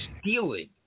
stealing